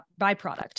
byproduct